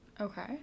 Okay